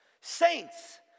Saints